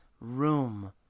room